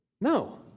No